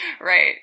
Right